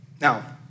Now